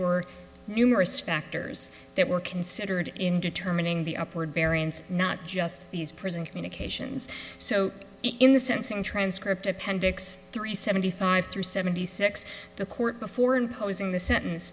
were numerous factors that were considered in determining the upward variance not just these prison communications so in the sense in transcript appendix three seventy five through seventy six the court before imposing the sentence